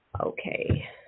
okay